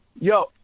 yo